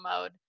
mode